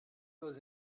goes